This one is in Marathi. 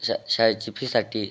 श् शाळेची फीसाठी